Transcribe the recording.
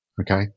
okay